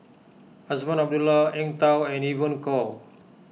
Azman Abdullah Eng Tow and Evon Kow